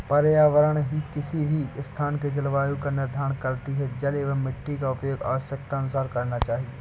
पर्यावरण ही किसी भी स्थान के जलवायु का निर्धारण करती हैं जल एंव मिट्टी का उपयोग आवश्यकतानुसार करना चाहिए